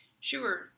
Sure